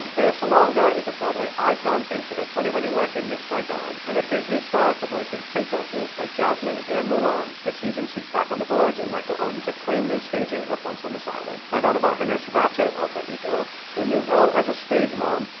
salonga is a broadway icon thanks to her tony-winning work in miss saigon, and a disney star for voicing princesses like jasmine and mulan. this season she's back on the boards in michael arden's acclaimed new staging of once on this island. find out about her nurse ratchet alter-ego, her new role as a stage mom,